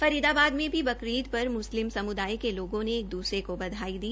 फरीदाबाद में भी बकरीद पर मुस्लिम समुदाय के लोगों ने एक दूसरे को बधाई दी